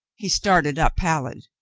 he started up pallid.